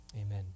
Amen